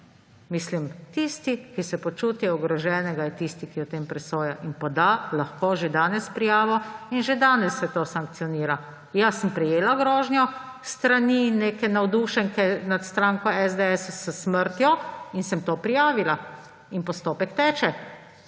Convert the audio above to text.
ni? Tisti, ki se počuti ogroženega, je tisti, ki o tem presoja, in lahko že danes poda prijavo in že danes se to sankcionira. Jaz sem prejela grožnjo s smrtjo s strani neke navdušenke nad stranko SDS in sem to prijavila in postopek teče.